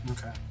Okay